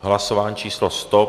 Hlasování číslo 100.